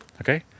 Okay